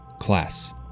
class